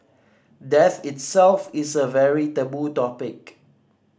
death itself is a very taboo topic